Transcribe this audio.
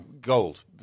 Gold